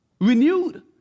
renewed